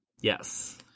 Yes